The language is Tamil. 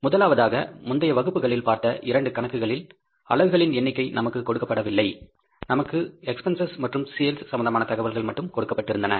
முதலாவதாக முந்தைய வகுப்புகளில் பார்த்த இரண்டு கணக்குகளில் அலகுகளின் எண்ணிக்கை நமக்கு கொடுக்கப்படவில்லை நமக்கு எக்ஸ்பென்ஸஸ் மற்றும் சேல்ஸ் சம்பந்தமாக தகவல்கள் மட்டும் கொடுக்கப்பட்டிருந்தன